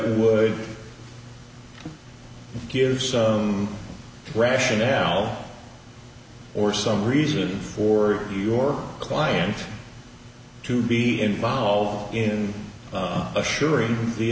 would give some rationale or some reason for your client to be involved in assuring the